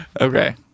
Okay